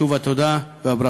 שוב, התודה והברכה.